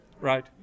right